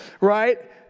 right